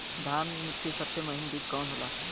धान के सबसे महीन बिज कवन होला?